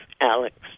Alex